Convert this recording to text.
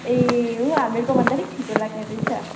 ए हो हामीहरूको भन्दा अलिक छिटो लाग्नेरहेछ